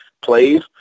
plays